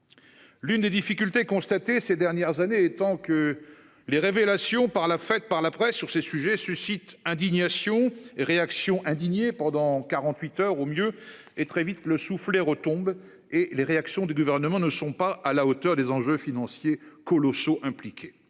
L'une des difficultés constatées ces dernières années et tant que les révélations par la faite par la presse sur ces sujets suscite indignation réactions indignées pendant 48 heures au mieux et très vite le soufflé retombe et les réactions du gouvernement ne sont pas à la hauteur des enjeux financiers colossaux impliqués.